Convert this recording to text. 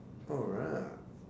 alright